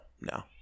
No